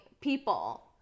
people